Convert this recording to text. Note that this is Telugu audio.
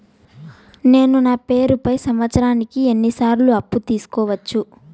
నేను నా పేరుపై సంవత్సరానికి ఎన్ని సార్లు అప్పు తీసుకోవచ్చు?